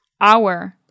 Hour